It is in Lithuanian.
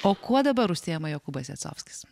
o kuo dabar užsiema jokūbas jacovskis